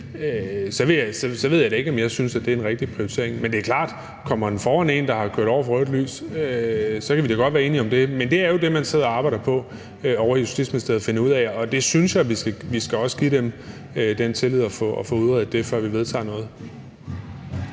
så ved jeg da ikke, om jeg synes, det er en rigtig prioritering. Men det er klart, at kommer den foran en sag om en, der har kørt over for rødt lys, så kan vi da godt være enige om det. Men det er jo det, man sidder og arbejder på at finde ud af ovre i Justitsministeriet, og det synes jeg vi også skal give dem den tillid at få udredt, før vi vedtager noget.